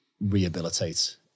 rehabilitate